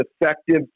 effective